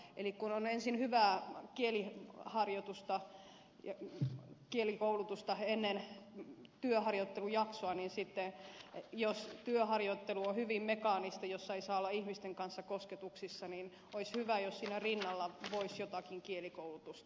eli kun ennen työharjoittelujaksoa on hyvää kieliharjoitusta ja kielikoulutusta niin sitten jos työharjoittelu on hyvin mekaanista eikä saa olla ihmisten kanssa kosketuksissa kieli unohtuu ja siksi olisi hyvä jos siinä rinnalla voisi jotakin kielikoulutusta saada